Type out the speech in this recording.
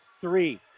three